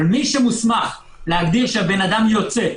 אבל מי שמוסמך להגדיר שהאדם יוצא,